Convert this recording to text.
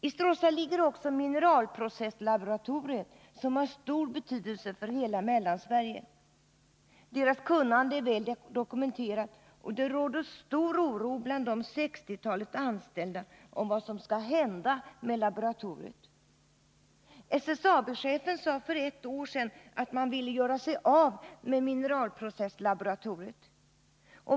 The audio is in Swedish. I Stråssa ligger också Mineralprocesslaboratoriet, som har stor betydelse för hela Mellansverige. Laboratoriets kunnande är väl dokumenterat, och det råder stor oro bland de ca 60 anställda för vad som skall hända med laboratoriet. SSAB-chefen sade för ett år sedan att man ville göra sig av med Mineralprocesslaboratoriet.